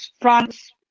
France